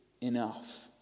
enough